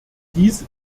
dies